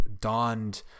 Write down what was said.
donned